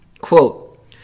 Quote